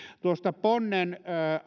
tuosta ponnen